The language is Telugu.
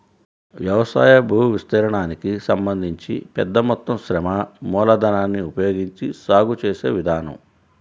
వ్యవసాయ భూవిస్తీర్ణానికి సంబంధించి పెద్ద మొత్తం శ్రమ మూలధనాన్ని ఉపయోగించి సాగు చేసే విధానం